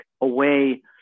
away